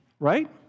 Right